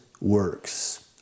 works